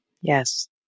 Yes